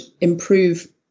improve